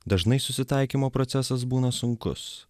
dažnai susitaikymo procesas būna sunkus